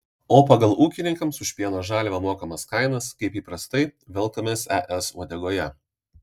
o pagal ūkininkams už pieno žaliavą mokamas kainas kaip įprastai velkamės es uodegoje